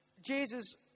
Jesus